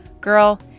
Girl